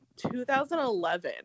2011